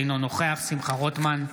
אינו נוכח שמחה רוטמן,